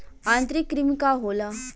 आंतरिक कृमि का होला?